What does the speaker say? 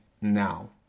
now